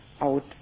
out